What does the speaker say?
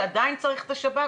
כך שעדיין צריך את השב"כ,